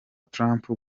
trump